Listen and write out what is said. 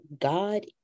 god